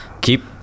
keep